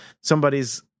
somebody's